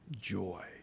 joy